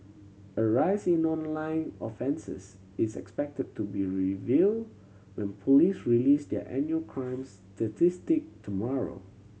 a rise in online offences is expected to be reveal when police release their annual crimes statistic tomorrow